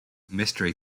mystery